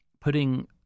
putting